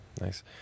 Nice